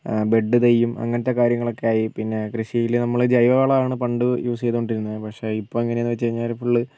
bed തൈയും അങ്ങനത്തെ കാര്യങ്ങളൊക്കെയായി പിന്നെ കൃഷിയിൽ നമ്മൾ ജൈവവളമാണ് പണ്ട് യൂസ് ചെയ്തുകൊണ്ടിരുന്നത് പക്ഷേ ഇപ്പോൾ എങ്ങനെ എന്ന് വെച്ച് കഴിഞ്ഞാൽ ഫുൾ